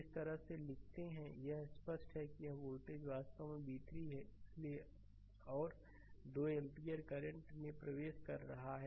जिस तरह से लिखते हैं कि यह स्पष्ट है कि यह वोल्टेज वास्तव में v3 है इसलिए और 2 एम्पीयर करंट में प्रवेश कर रहा है